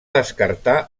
descartar